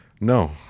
No